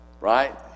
right